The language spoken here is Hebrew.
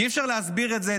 כי אי-אפשר להסביר את זה,